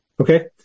Okay